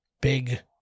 big